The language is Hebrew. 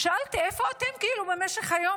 ושאלתי: איפה אתם במשך היום?